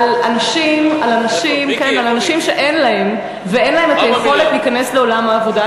על אנשים שאין להם ואין להם יכולת להיכנס לעולם העבודה.